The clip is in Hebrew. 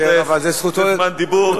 כשיש זמן דיבור,